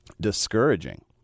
discouraging